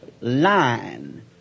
line